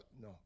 no